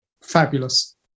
Fabulous